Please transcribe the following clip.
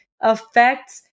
affects